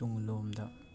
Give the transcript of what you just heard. ꯇꯨꯡꯂꯣꯝꯗ